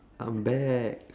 I'm back